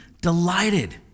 delighted